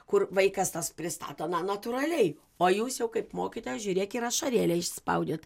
kur vaikas tas pristato na natūraliai o jūs jau kaip mokytoja žiūrėk ir ašarėlę išspaudėt